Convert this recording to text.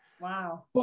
Wow